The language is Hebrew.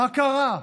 מה קרה?